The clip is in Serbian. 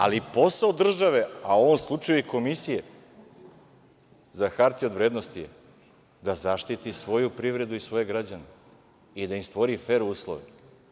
Ali, posao države, a u ovom slučaju i Komisije za hartije od vrednosti je da zaštiti svoju privredu i svoje građane i da im stvori fer uslove.